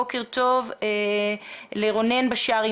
בוקר טוב לרונן בשארי,